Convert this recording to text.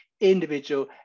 individual